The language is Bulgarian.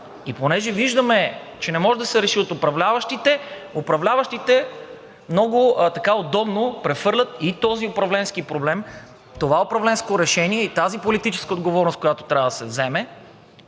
и понеже виждаме, че не може да се реши от управляващите, управляващите много удобно прехвърлят и този управленски проблем, това управленско решение и тази политическа отговорност, която трябва да се вземе,